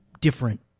different